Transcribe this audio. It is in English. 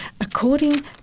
According